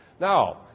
Now